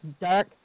dark